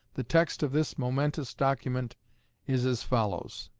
the text of this momentous document is as follows